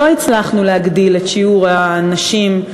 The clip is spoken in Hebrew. לא הצלחנו להגדיל את שיעור הנשים,